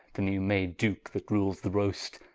the new made duke that rules the rost,